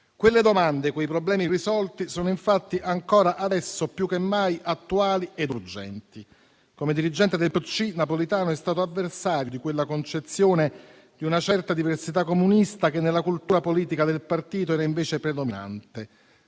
Quelle domande e quei problemi irrisolti sono infatti ancora adesso più che mai attuali ed urgenti. Come dirigente del PCI, Napolitano è stato avversario di quella concezione di una certa diversità comunista che, nella cultura politica del partito, era invece predominante;